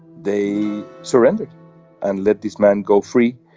they surrendered and let these men go free.